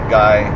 guy